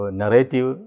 narrative